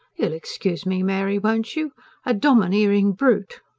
you'll excuse me, mary, won't you a domineering brute!